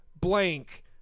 blank